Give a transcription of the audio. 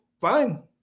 fine